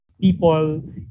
people